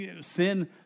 Sin